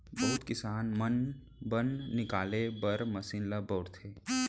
बहुत किसान मन बन निकाले बर मसीन ल बउरथे